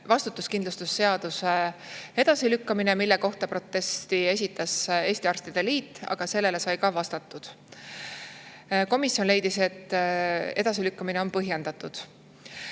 vastutuskindlustusseaduse edasilükkamine, mille kohta esitas protesti Eesti Arstide Liit, aga sellele sai ka vastatud. Komisjon leidis, et edasilükkamine on põhjendatud.